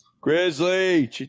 Grizzly